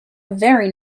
very